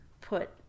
put